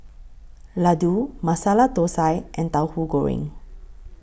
Laddu Masala Thosai and Tauhu Goreng